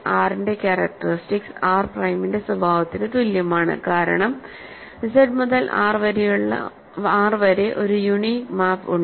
R ന്റെ characteristics R പ്രൈമിന്റെ സ്വഭാവത്തിന് തുല്യമാണ് കാരണം Z മുതൽ R വരെ ഒരു യൂണീക് മാപ്പ് ഉണ്ട്